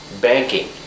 banking